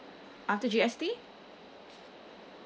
after G_S_T